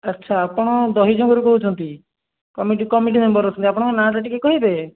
ଆଚ୍ଛା ଆପଣ ଦହିଜମାରୁ କହୁଛନ୍ତି କମିଟି କମିଟି ମେମ୍ବର୍ ଅଛନ୍ତି ଆପଣଙ୍କ ନାଁଟା ଟିକେ କହିବେ